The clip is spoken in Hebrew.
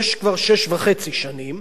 והאריכו לו בעוד שנה וחצי.